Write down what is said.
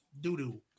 doo-doo